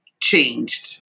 changed